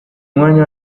umwanya